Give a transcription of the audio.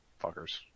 Fuckers